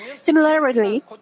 Similarly